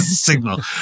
signal